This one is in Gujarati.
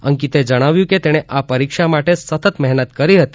અંકિતે જણાવ્યું કે તેણે આ પરીક્ષા માટે સતત મહેનત કરી હતી